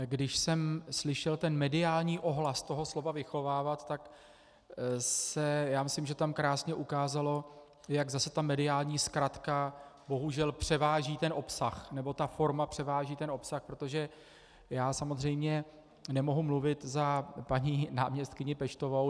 Když jsem slyšel mediální ohlas toho slova vychovávat, tak já myslím, že se tam krásně ukázalo, jak zase mediální zkratka bohužel převáží obsah, nebo forma převáží obsah, protože já samozřejmě nemohu mluvit za paní náměstkyni Peštovou.